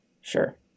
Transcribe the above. Sure